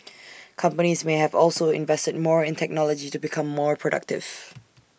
companies may have also invested more in technology to become more productive